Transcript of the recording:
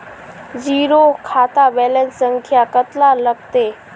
Zero खाता balance संख्या कतला लगते?